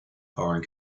foreign